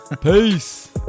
peace